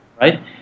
right